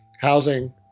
housing